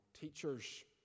teachers